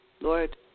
Lord